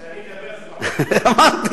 כשאני מדבר זה, אמרתי.